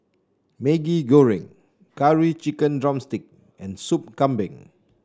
Maggi Goreng Curry Chicken drumstick and Sup Kambing